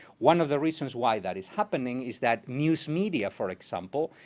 one of the reasons why that is happening is that news media, for example,